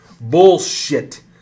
Bullshit